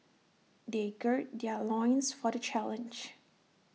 they gird their loins for the challenge